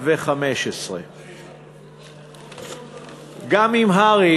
בינואר 2015. גם עם הר"י,